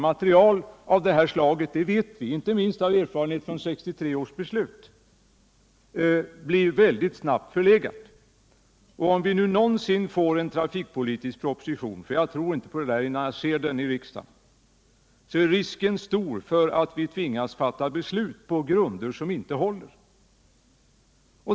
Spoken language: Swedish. Vi vet — inte minst av erfarenhet från 1963 års beslut — att material av det här slaget väldigt snabbt blir förlegat. Om vi någonsin får en trafikpolitisk proposition — jag tror inte på det förrän jag ser den i riksdagen — är risken stor att vi tvingas fatta beslut på grunder som inte håller.